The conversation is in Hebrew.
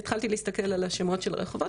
התחלתי להסתכל על שמות של רחובות,